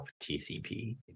TCP